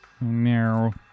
No